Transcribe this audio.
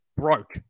broke